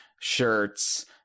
shirts—